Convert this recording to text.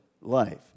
life